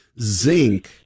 zinc